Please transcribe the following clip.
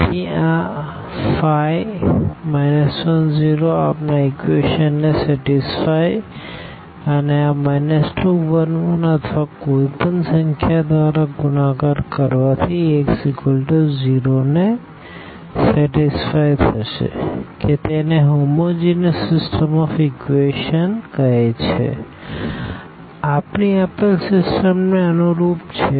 તેથી આ5 1 0 આપણા ઇક્વેશન ને સેટીસફાઈ અને આ 2 1 1 અથવા કોઈપણ સંખ્યા દ્વારા ગુણાકાર કરવાથી Ax0ને સંતોષ થશે કેતેને હોમોજીનસ સીસ્ટમ ઓફ ઇક્વેશન કહે છે આપણી આપેલ સિસ્ટમને અનુરૂપ છે